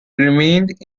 remained